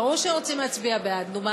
ברור שרוצים להצביע בעד, נו מה?